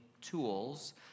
tools